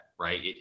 right